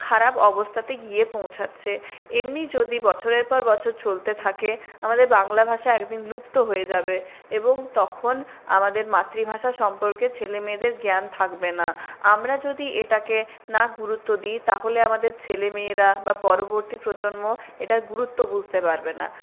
খারাপ অবস্থাতে গিয়ে পৌছাচ্ছে এমনই যদি বছরের পর বছর চলতে থাকে আমাদের বাংলা ভাষা একদিন লুপ্ত হয়ে যাবে এবং তখন আমাদের মাতৃভাষা সম্পর্কে ছেলেমেয়েদের জ্ঞান থাকবে না আমরা যদি এটাকে না গুরুত্ব দি তাহলে আমাদের ছেলেমেয়েরা বা পরবর্তী প্রজন্ম এটার গুরুত্ব বুঝতে পারবে না